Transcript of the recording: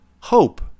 hope